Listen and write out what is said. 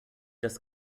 das